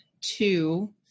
two